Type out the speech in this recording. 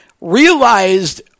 realized